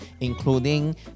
including